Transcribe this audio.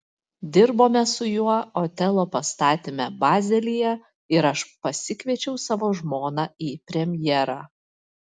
dirbome su juo otelo pastatyme bazelyje ir aš pasikviečiau savo žmoną į premjerą